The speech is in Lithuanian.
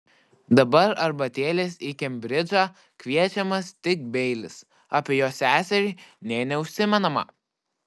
dabar arbatėlės į kembridžą kviečiamas tik beilis apie jo seserį nė neužsimenama